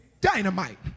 dynamite